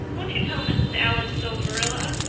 won't you tell mrs. allan so, marilla?